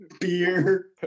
Beer